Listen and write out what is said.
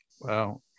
Wow